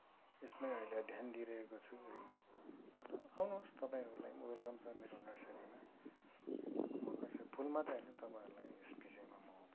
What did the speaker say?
यसमै अहिले ध्यान दिइरहेको छु है अन्त आउनुहोस् तपाईँहरूको लागि पनि वेलकम छ मेरो नर्सरीमा फुल मात्रै होइन तपाईँहरूलाई यस विषयमा म